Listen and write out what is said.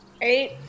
Eight